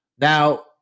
Now